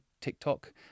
TikTok